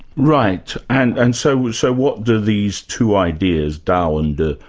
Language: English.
right. and and so so what do these two ideas, dao and de,